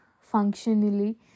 functionally